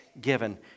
given